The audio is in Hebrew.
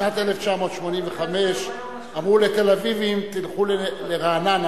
בשנת 1985 אמרו לתל-אביבים: תלכו לרעננה,